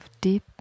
deep